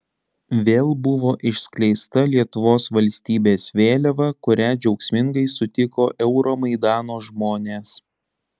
vėl buvo išskleista lietuvos valstybės vėliava kurią džiaugsmingai sutiko euromaidano žmonės